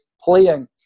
playing